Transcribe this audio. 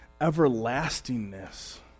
everlastingness